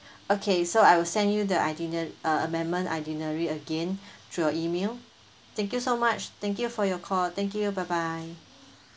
okay so I will send you the itiner~ uh amendment itinerary again through your email thank you so much thank you for your call thank you bye bye